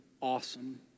awesome